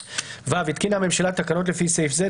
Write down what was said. (ו) התקינה הממשלה תקנות לפי סעיף זה,